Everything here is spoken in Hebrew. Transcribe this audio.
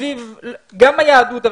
גם סביב היהדות,